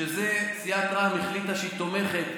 שבזה סיעת רע"מ החליטה שהיא תומכת.